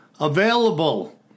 Available